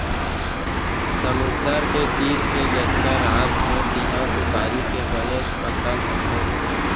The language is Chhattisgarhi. समुद्दर के तीर के जतका राज हे तिहॉं सुपारी के बनेच फसल होथे